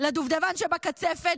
לדובדבן שבקצפת.